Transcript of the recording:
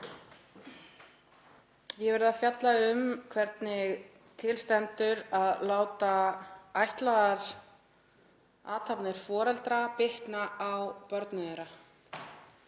hef verið að fjalla um hvernig til stendur að láta ætlaðar athafnir foreldra bitna á börnum þeirra